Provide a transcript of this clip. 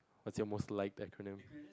what's your most liked acronym